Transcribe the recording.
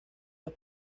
los